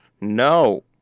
No